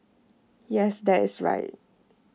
yes that is right